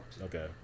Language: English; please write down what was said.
Okay